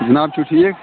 جِناب چھُو ٹھیٖک